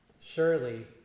Surely